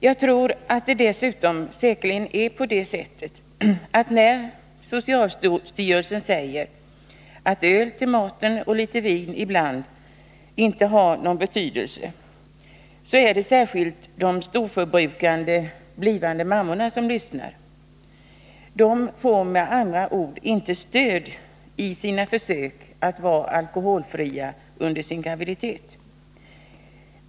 Jag tror dessutom att det, när socialstyrelsen säger att öl till maten och litet vin ibland inte har någon betydelse, säkerligen är särskilt de storförbrukande blivande mammorna som lyssnar. De får med andra ord inte stöd i sina försök att vara alkoholfria under sin graviditet.